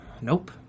nope